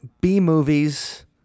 B-movies